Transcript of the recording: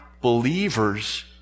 believers